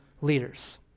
leaders